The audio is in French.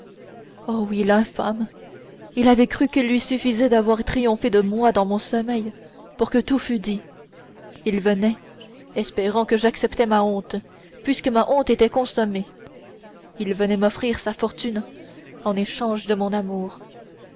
oh oui l'infâme il avait cru qu'il lui suffisait d'avoir triomphé de moi dans mon sommeil pour que tout fût dit il venait espérant que j'accepterais ma honte puisque ma honte était consommée il venait m'offrir sa fortune en échange de mon amour